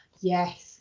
Yes